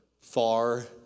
Far